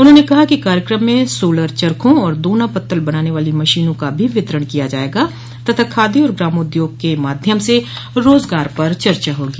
उन्होंने कहा कि कार्यक्रम में सोलर चर्खो और दोना पत्तल बनाने वाली मशोनों का भी वितरण किया जायेगा तथा खादी और ग्रामोद्योग के माध्यम से रोजगार पर चर्चा होगी